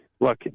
look